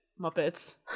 muppets